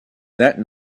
that